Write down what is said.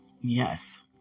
Yes